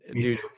dude